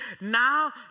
Now